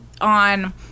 on